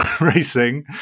racing